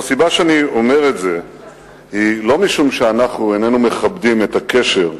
הסיבה שאני אומר את זה היא לא משום שאנחנו איננו מכבדים את הקשר,